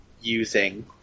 using